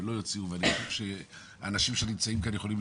ולא יוציאו אנשים שנמצאים כאן יכולים,